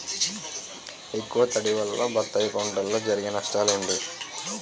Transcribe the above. ఎక్కువ తడి వల్ల బత్తాయి పంటలో జరిగే నష్టాలేంటి?